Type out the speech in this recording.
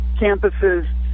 campuses